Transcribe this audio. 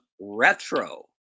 Retro